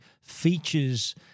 features